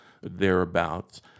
thereabouts